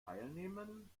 teilnehmen